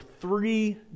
three